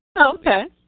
Okay